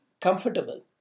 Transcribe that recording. comfortable